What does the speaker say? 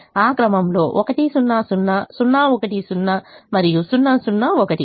ఆ క్రమంలో 1 0 0 0 1 0 మరియు 0 0 1